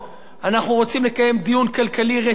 אנחנו רוצים לקיים דיון כלכלי רציני,